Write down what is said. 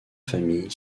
famille